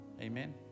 Amen